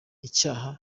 icyaha